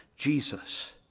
Jesus